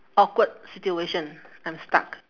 awkward situation I'm stuck